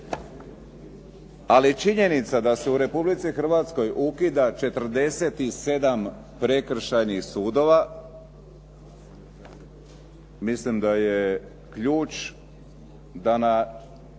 Ali je činjenica da se u Republici Hrvatskoj ukida 47 prekršajnih sudova. Mislim da je ključ da nam